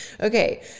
Okay